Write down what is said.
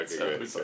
okay